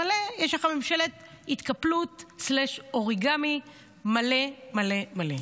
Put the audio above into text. יש לכם ממשלת התקפלות/אוריגמי מלא מלא.